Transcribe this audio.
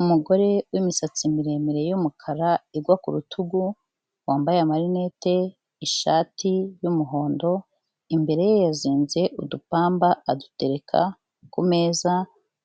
Umugore w'imisatsi miremire y'umukara igwa ku rutugu wambaye marineti, ishati y'umuhondo, imbere ye yazinze udupamba adutereka ku meza,